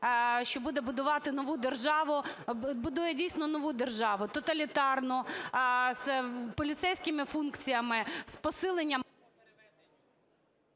що буде будувати нову державу, будує, дійсно, нову державу – тоталітарну, з поліцейськими функціями, з посиленням…